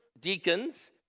deacons